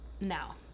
Now